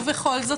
ובכל זאת,